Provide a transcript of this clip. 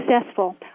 successful